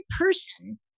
person